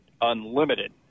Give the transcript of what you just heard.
unlimited